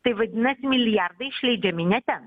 tai vadinasi milijardai išleidžiami ne ten